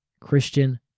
Christian